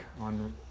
on